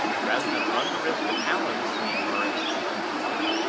rather than run the risk of allan's seeing her and speaking to her,